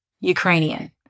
Ukrainian